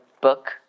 book